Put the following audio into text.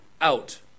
Out